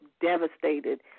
devastated